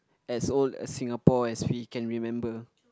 as old as Singapore as we can remember